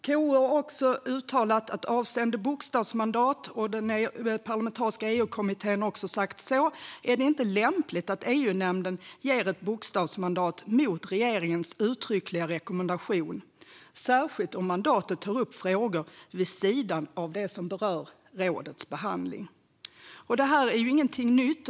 Både KU och den parlamentariska EU-kommittén har också avseende bokstavsmandat uttalat att det inte är lämpligt att EU-nämnden ger ett bokstavsmandat mot regeringens uttryckliga rekommendation, särskilt om mandatet tar upp frågor vid sidan av det som berörs i rådets behandling. Detta är ingenting nytt.